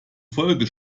folge